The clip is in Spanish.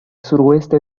suroeste